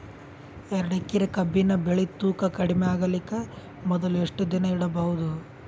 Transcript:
ಎರಡೇಕರಿ ಕಬ್ಬಿನ್ ಬೆಳಿ ತೂಕ ಕಡಿಮೆ ಆಗಲಿಕ ಮೊದಲು ಎಷ್ಟ ದಿನ ಇಡಬಹುದು?